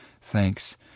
Thanks